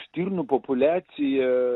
stirnų populiacija